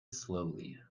slowly